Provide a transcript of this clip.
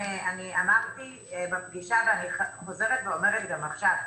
אני אמרתי בפגישה ואני חוזרת ואומרת גם עכשיו.